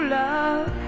love